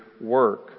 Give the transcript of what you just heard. work